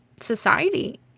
society